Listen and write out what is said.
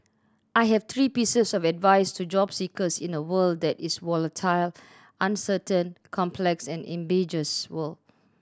I have three pieces of advice to job seekers in a world that is volatile uncertain complex and ambiguous world